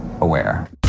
aware